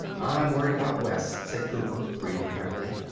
i'm worried about wes, said cooper, breathing heavily.